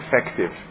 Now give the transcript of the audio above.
effective